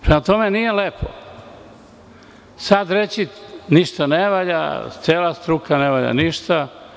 Prema tome nije lepo, sada reći – ništa ne valja, cela struka ne valja ništa.